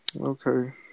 Okay